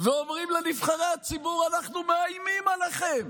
ואומרים לנבחרי הציבור: אנחנו מאיימים עליכם,